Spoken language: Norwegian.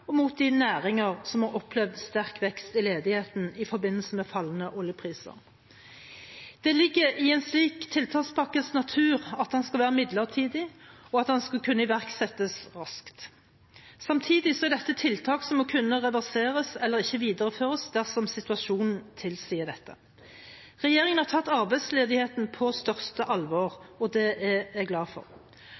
og mot de næringene som har opplevd sterk vekst i ledigheten i forbindelse med fallende oljepriser. Det ligger i en slik tiltakspakkes natur at den skal være midlertidig, og at den skal kunne iverksettes raskt. Samtidig er dette tiltak som må kunne reverseres eller ikke videreføres dersom situasjonen tilsier det. Regjeringen har tatt arbeidsledigheten på største alvor, og det er jeg glad for.